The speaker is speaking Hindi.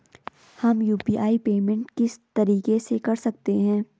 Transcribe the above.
हम यु.पी.आई पेमेंट किस तरीके से कर सकते हैं?